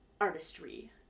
artistry